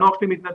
הנוער שלי מתנדב,